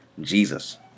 Jesus